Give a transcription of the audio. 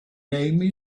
name